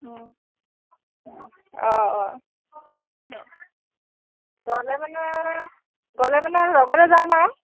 অঁ অঁ অঁ গ'লে মানে গ'লে মানে লগতে যাম আৰু